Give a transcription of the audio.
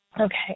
Okay